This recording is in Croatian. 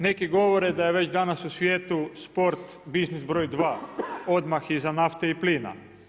Neki govore da je već danas u svijetu sport biznis broj dva, odmah iza nafte i plina.